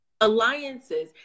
Alliances